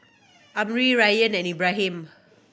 Amrin Ryan and Ibrahim